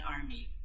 army